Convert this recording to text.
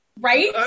right